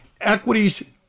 equities